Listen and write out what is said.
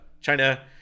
china